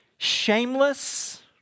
Shameless